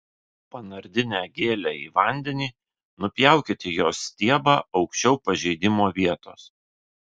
panardinę gėlę į vandenį nupjaukite jos stiebą aukščiau pažeidimo vietos